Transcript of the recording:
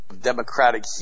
democratic